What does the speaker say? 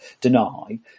deny